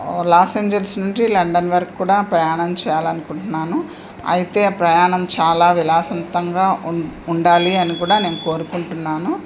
loss Angeles నుంచి London వరకు కూడా ప్రయాణం చేయాలనుకుంటున్నాను అయితే ఆ ప్రయాణం చాలా విలాసవంతంగా ఉ ఉండాలి అని కూడా నేను కోరుకుంటున్నాను